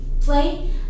play